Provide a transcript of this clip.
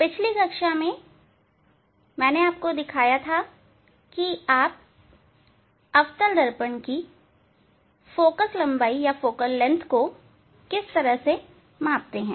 पिछली कक्षा में मैंने आपको दिखाया था कि अवतल दर्पण की फोकल लंबाई को आप किस तरह मापते हैं